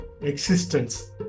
existence